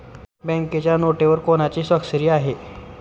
बँकेच्या नोटेवर कोणाची स्वाक्षरी आहे?